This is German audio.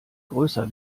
größer